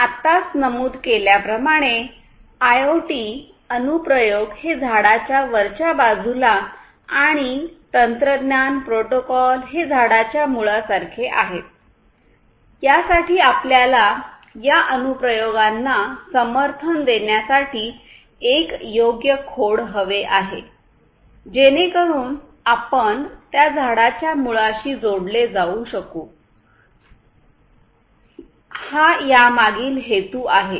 आपण आत्ताच नमूद केल्याप्रमाणे आयओटी अनु प्रयोग हे झाडाच्या वरच्या बाजूला आणि तंत्रज्ञान प्रोटोकॉल हे झाडाच्या मुळा सारखे आहेत यासाठी आपल्याला या अनु प्रयोगांना समर्थन देण्यासाठी एक योग्य खोड हवे आहे जेणेकरून आपण त्या झाडांच्या मुळांशी जोडले जाऊ शकू हा यामागील हेतू आहे